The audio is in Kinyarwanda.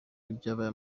ibyabaye